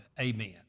Amen